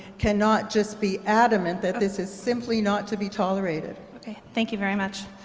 cannot just be adamant that this is simply not to be tolerated. ok, thank you very much.